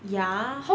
ya